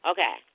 Okay